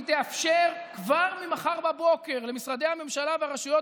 היא תאפשר כבר ממחר בבוקר למשרדי הממשלה ברשויות